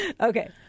Okay